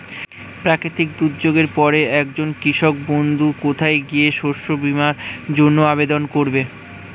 প্রাকৃতিক দুর্যোগের পরে একজন কৃষক বন্ধু কোথায় গিয়ে শস্য বীমার জন্য আবেদন করবে?